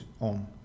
on